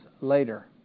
later